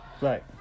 Right